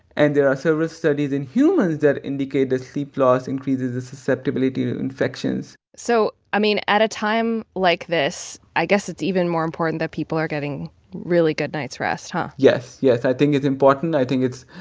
and there are so several studies in humans that indicate that sleep loss increases the susceptibility to infections so, i mean, at a time like this, i guess it's even more important that people are getting really good night's rest, huh? yes. yes, i think it's important. i think it's